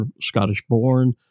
Scottish-born